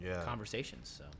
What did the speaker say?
conversations